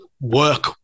work